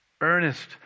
earnest